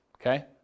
Okay